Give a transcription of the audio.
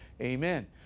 Amen